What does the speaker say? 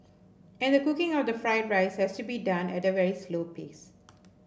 and the cooking of the fried rice has to be done at a very slow pace